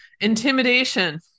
intimidation